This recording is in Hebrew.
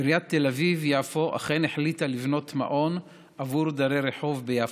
עיריית תל אביב-יפו אכן החליטה לבנות מעון עבור דרי רחוב ביפו.